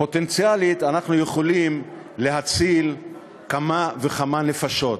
פוטנציאלית אנחנו יכולים להציל כמה וכמה נפשות.